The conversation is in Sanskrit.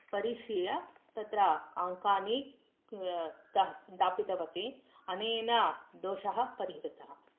परिशील्य तत्र अङ्कानि दत्तवती अनेन दोषः परिहृतः